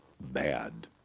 bad